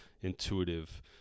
intuitive